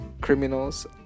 criminals